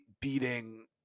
beating